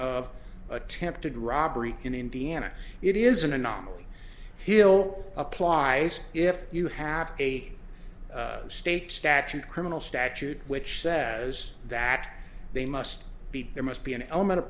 of attempted robbery in indiana it is an anomaly hill applies if you have a state statute criminal statute which says that they must be there must be an element of